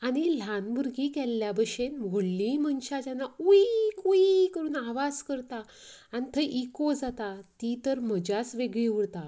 आनी ल्हान भुरगीं गेल्या बशेंन व्हडलीय मनशां जेन्ना ऊयं कूयं करून आवाज करता आनी थंय इको जाता ती तर मज्जाच वेगळी उरता